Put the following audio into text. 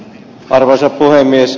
arvoisa puhemies